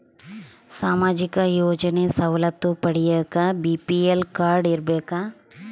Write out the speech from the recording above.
ಸಾಮಾಜಿಕ ಯೋಜನೆ ಸವಲತ್ತು ಪಡಿಯಾಕ ಬಿ.ಪಿ.ಎಲ್ ಕಾಡ್೯ ಇರಬೇಕಾ?